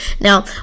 Now